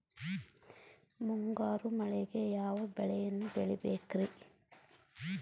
ಮುಂಗಾರು ಮಳೆಗೆ ಯಾವ ಬೆಳೆಯನ್ನು ಬೆಳಿಬೇಕ್ರಿ?